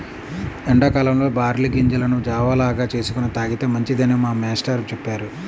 ఎండా కాలంలో బార్లీ గింజలను జావ లాగా చేసుకొని తాగితే మంచిదని మా మేష్టారు చెప్పారు